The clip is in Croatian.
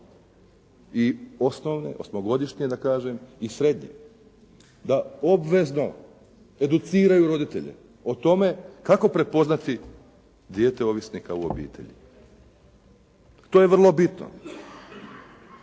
škole i osmogodišnje da kažem i srednje da obvezno educiraju roditelje o tome kako prepoznati dijete ovisnika u obitelji. To je vrlo bitno.